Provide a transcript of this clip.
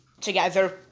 together